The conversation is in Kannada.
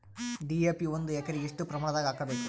ಡಿ.ಎ.ಪಿ ಒಂದು ಎಕರಿಗ ಎಷ್ಟ ಪ್ರಮಾಣದಾಗ ಹಾಕಬೇಕು?